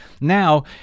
now